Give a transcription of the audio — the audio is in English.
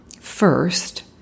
First